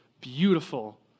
beautiful